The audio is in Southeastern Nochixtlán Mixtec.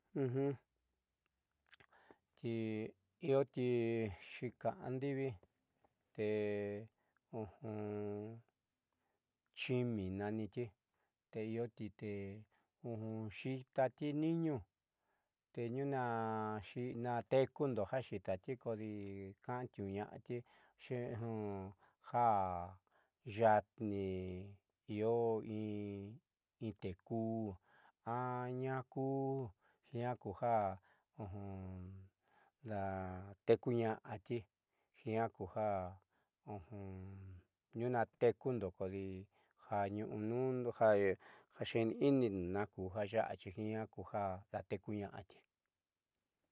Ti ioti xííka and'vi te chiimi naniti te íotite xíitatí niinuu tetniuu na tekundo jaxiitati kodí ka'antíudejayaatnii ioin te kuu a ñaaku tekuña'atijiaa ku jatniuu natekundo kodijañuunuundo jaxeeniinindo nakujayaáxijina kuja dateekuña'ati.